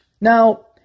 Now